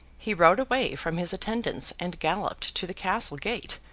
he rode away from his attendants and galloped to the castle gate,